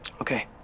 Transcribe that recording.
Okay